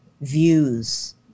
views